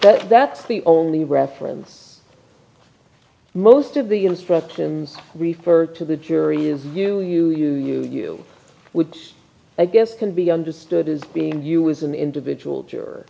ok that's the only reference most of the instructions refer to the jury is you you you you you which i guess can be understood as being you is an individual juror